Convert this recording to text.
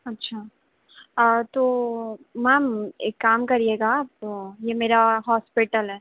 अच्छा तो मैम एक काम करिएगा आप यह मेरा हॉस्पिटल है